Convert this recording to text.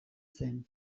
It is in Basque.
zen